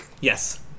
Yes